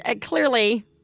clearly